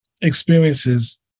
experiences